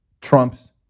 trumps